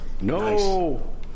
No